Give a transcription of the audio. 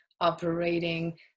operating